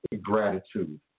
gratitude